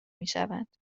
میشوند